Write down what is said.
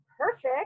perfect